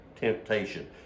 temptation